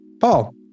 Paul